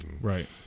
Right